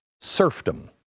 serfdom